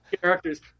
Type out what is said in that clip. characters